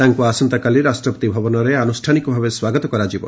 ତାଙ୍କୁ ଆସନ୍ତାକାଲି ରାଷ୍ଟ୍ରପତି ଭବନରେ ଆନୁଷ୍ଠାନିକ ଭାବେ ସ୍ୱାଗତ କରାଯିବ